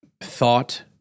thought